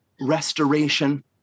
restoration